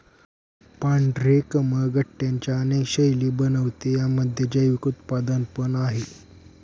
पांढरे कमळ गट्ट्यांच्या अनेक शैली बनवते, यामध्ये जैविक उत्पादन पण आहे